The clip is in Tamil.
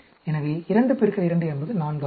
எனவே 2 பெருக்கல் 2 என்பது 4 ஆகும்